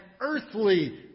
earthly